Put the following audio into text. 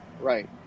Right